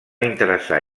interessar